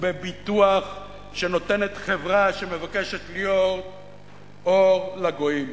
ובביטוח שנותנת חברה שמבקשת להיות אור לגויים.